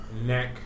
neck